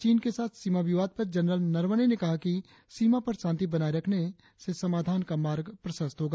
चीन के साथ सीमा विवाद पर जनरल नरवणे ने कहा कि सीमा पर शांति बनाए रखने से समाधान का मार्ग प्रशस्त होगा